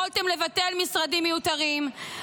יכולתם לבטל משרדים מיותרים,